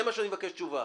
זה מה שאני מבקש תשובה.